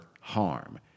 harm